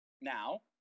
Now